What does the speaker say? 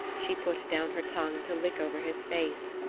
she put down her tongue to lick over his face.